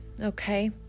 okay